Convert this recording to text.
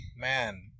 man